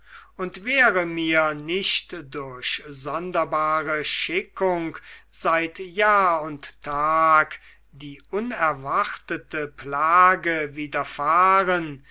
und wäre mir nicht durch sonderbare schickung seit jahr und tag die unerwartete plage